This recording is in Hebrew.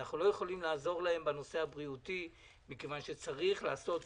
אנחנו לא יכולים לעזור להם בנושא הבריאותי מכיוון שצריך לעשות סגר,